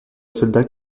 soldat